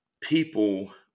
people